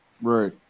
Right